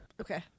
Okay